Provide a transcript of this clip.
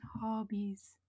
Hobbies